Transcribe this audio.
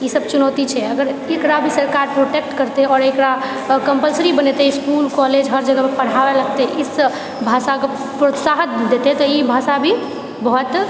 ई सब चुनौती छै अगर एकरा भी सरकार प्रोटेक्ट करतै आओर एकरा कम्पलसरी बनेतै इसकुल कॉलेज हर जगह पर पढ़ाबऽ लगतै ई सँ भाषाके प्रोत्साहन देतै तऽ ई भाषा भी बहुत